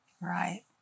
Right